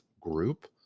group